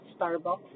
Starbucks